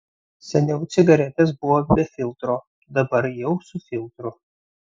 seniau cigaretės buvo be filtro dabar jau su filtru